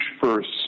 first